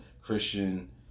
Christian